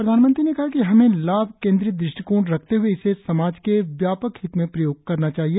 प्रधानमंत्री ने कहा कि हमें लाभ केंद्रित दृष्टिकोण रखते हए इसे समाज के व्यापक हित में प्रयोग करना चाहिए